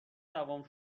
دعوام